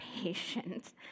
patient